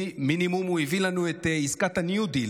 מינימום הוא הביא לנו את עסקת ה-new deal.